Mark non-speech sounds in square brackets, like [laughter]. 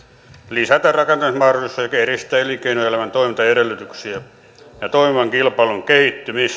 lisätä rakentamismahdollisuuksia sekä edistää elinkeinoelämän toimintaedellytyksiä ja toimivan kilpailun kehittymistä [unintelligible]